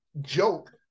joke